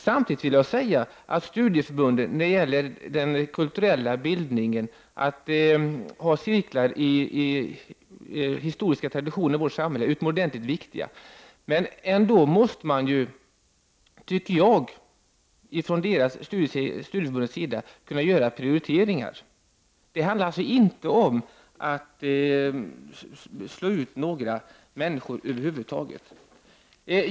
Samtidigt vill jag när det gäller den kulturella bildningen understryka att studieförbundens cirklar i historiska traditioner i vårt samhälle är utomordentligt viktiga. Studieförbunden måste, tycker jag, kunna göra egna prioriteringar. Men det handlar alltså inte om att slå ut några människor över huvud taget.